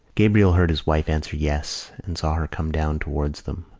gabriel heard his wife answer yes and saw her come down towards them.